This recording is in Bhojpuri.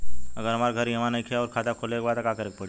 अगर हमार घर इहवा नईखे आउर खाता खोले के बा त का करे के पड़ी?